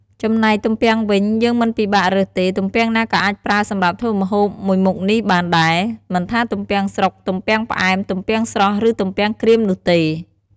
ចំណែកទំពាំងវិញ យើងមិនពិបាករើសទេ ទំពាំងណាក៏អាចប្រើសម្រាប់ធ្វើម្ហូបមួយមុខនេះបានដែរ មិនថាទំពាំងស្រុក ទំពាំងផ្អែុម ទំពាំងស្រស់ ឬទំពាំងក្រៀមនោះទេ។